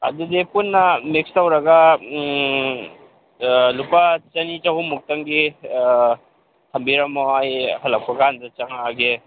ꯑꯗꯨꯗꯤ ꯄꯨꯟꯅ ꯃꯤꯛꯁ ꯇꯧꯔꯒ ꯂꯨꯄꯥ ꯆꯥꯅꯤ ꯆꯍꯨꯝ ꯃꯨꯛꯇꯪꯒꯤ ꯊꯝꯕꯤꯔꯝꯃꯣ ꯑꯩ ꯍꯂꯛꯄ ꯀꯥꯟꯗ ꯑꯩ ꯆꯪꯉꯛꯑꯒꯦ